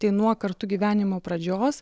tai nuo kartu gyvenimo pradžios